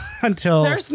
until-